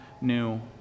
new